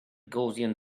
gaussian